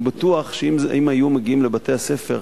אני בטוח שאם היו מגיעים לבתי-הספר